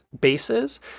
Bases